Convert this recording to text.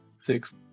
Six